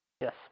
Yes